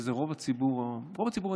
שזה רוב הציבור הישראלי.